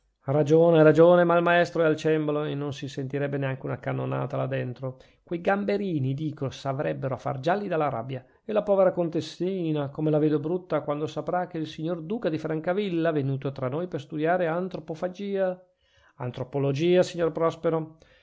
ragione ha ragione ma il maestro è al cembalo e non si sentirebbe neanche una cannonata là dentro quei gamberini dico s'avrebbero a far gialli dalla rabbia e la povera contessina come la vedo brutta quando saprà che il signor duca di francavilla venuto tra noi per studiare antropofagia antropologia signor prospero